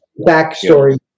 backstory